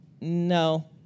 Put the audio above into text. no